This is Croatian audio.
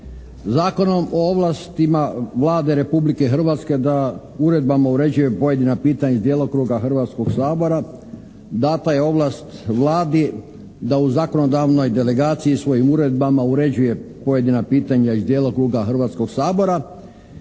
Zakonom o ovlastima Vlade Republike Hrvatske da uredbama uređuje pojedina pitanja iz djelokruga Hrvatskog sabora data je ovlast Vladi da u zakonodavnoj delegaciji svojim uredbama uređuje pojedina pitanja iz djelokruga Hrvatskog sabora